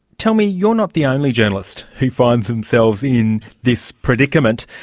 tell me, you're not the only journalist who finds themselves in this predicament.